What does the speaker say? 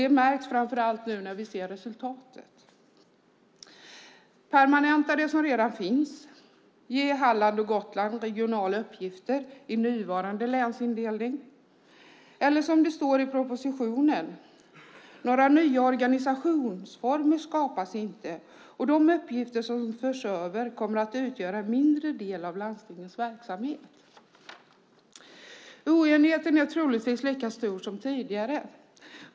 Det märks framför allt nu när vi ser resultatet: att permanenta det som redan finns och att ge Halland och Gotland regionala uppgifter i nuvarande länsindelning eller, som det står i propositionen: Några nya organisationsformer skapas inte, och de uppgifter som förs över kommer att utgöra en mindre del av landstingens verksamhet. Oenigheten nu är troligtvis lika stor som tidigare.